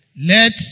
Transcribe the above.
let